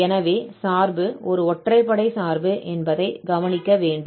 எனவே சார்பு ஒரு ஒற்றைப்படை சார்பு என்பதை கவனிக்க வேண்டும்